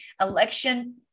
election